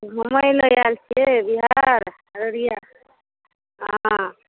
घुमै लए आयल छियै बिहार अररिया हँ